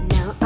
Now